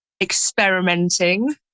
experimenting